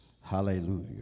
Hallelujah